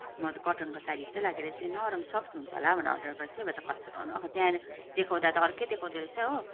म त कटनको साडी जस्तै लागेर चाहिँ नरम सफ्ट हुन्छ होला भनेर अर्डर गरेको थिएँ भरे त खस्रो न खस्रो त्यहाँ देखाउँदा त अर्कै देखाउँदो रहेछ हो